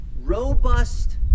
robust